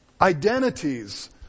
identities